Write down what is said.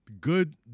Good